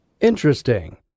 Interesting